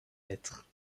naître